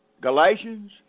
Galatians